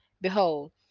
Behold